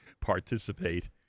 participate